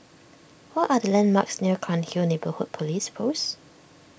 what are the landmarks near Cairnhill Neighbourhood Police Post